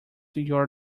your